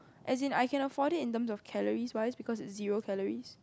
as I can afford it in terms of calories wise because it is zero calories